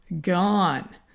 gone